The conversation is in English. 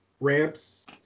ramps